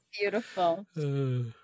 beautiful